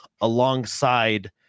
alongside